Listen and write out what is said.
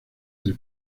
del